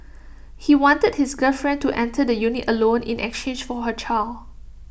he wanted his girlfriend to enter the unit alone in exchange for her child